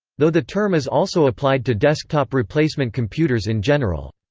though the term is also applied to desktop replacement computers in general.